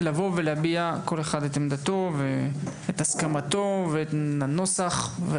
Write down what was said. להביע את עמדתכם לנוסח.